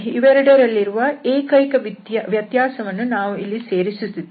ಇವೆರಡರಲ್ಲಿರುವ ಏಕೈಕ ವ್ಯತ್ಯಾಸವನ್ನು ನಾವು ಇಲ್ಲಿ ಸೇರಿಸುತ್ತಿದ್ದೇವೆ